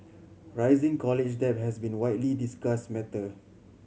rising college debt has been a widely discuss matter